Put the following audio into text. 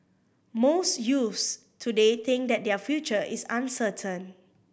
most youths today think that their future is uncertain